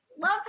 Love